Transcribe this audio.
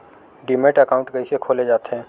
Demat account कइसे खोले जाथे?